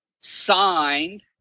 signed